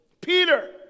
Peter